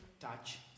touch